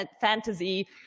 fantasy